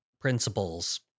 principles